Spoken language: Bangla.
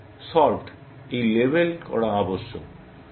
সুতরাং সল্ভড এই লেবেল করা আবশ্যক